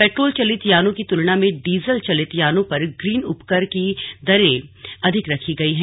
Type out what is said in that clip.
petrol चलित यानों की तुलना में डीजल चालित यानों पर ग्रीन उपकर की दरें अधिक रेखी गई है